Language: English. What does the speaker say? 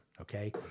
Okay